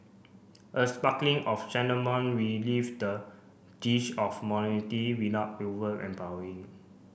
a sparkling of cinnamon relieve the dish of over empowering